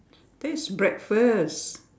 that is breakfast